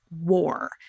war